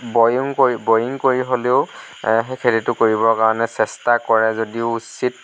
boring কৰ boring কৰি হ'লেও সেই খেতিটো কৰিবৰ কাৰণে চেষ্টা কৰে যদিও উচিত